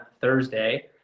Thursday